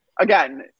again